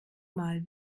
mal